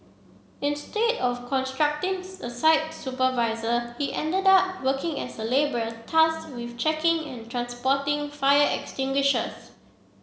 instead of construction a site supervisor he ended up working as a labourer tasked with checking and transporting fire extinguishers